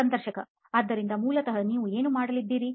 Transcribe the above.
ಸಂದರ್ಶಕ ಆದ್ದರಿಂದ ಮೂಲತಃ ನೀವು ಏನು ಮಾಡಲಿದ್ದೀರಿ